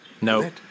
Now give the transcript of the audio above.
No